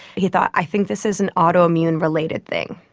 he thought i think this is an autoimmune related thing.